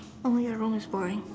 only your room is boring